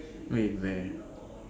wait where